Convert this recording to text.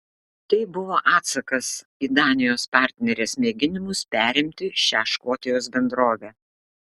tai buvo atsakas į danijos partnerės mėginimus perimti šią škotijos bendrovę